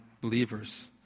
believers